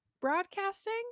broadcasting